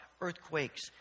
earthquakes